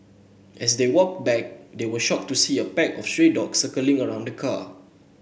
as they walked back they were shocked to see a pack of stray dogs circling around the car